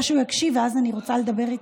כי אני רוצה שהוא יקשיב, אז אני רוצה לדבר איתו.